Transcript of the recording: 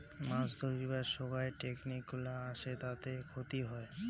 মাছ ধরিবার সোগায় টেকনিক গুলা আসে তাতে ক্ষতি হই